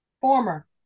Former